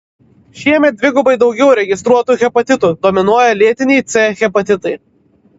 šiemet dvigubai daugiau registruotų hepatitų dominuoja lėtiniai c hepatitai